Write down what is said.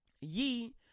ye